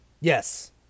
yes